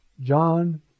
John